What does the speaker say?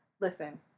listen